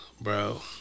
bro